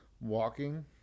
walking